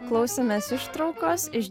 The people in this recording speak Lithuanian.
klausėmės ištraukos iš